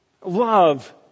Love